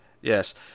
Yes